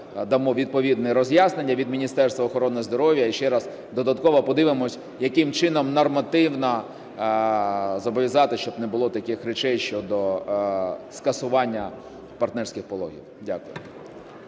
дамо відповідне роз'яснення від Міністерства охорони здоров'я і ще раз додатково подивимось, яким чином нормативно зобов'язати, щоб не було таких речей щодо скасування партнерських пологів. Дякую.